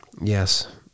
yes